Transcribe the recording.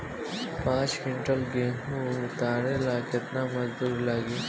पांच किविंटल गेहूं उतारे ला केतना मजदूर लागी?